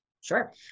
Sure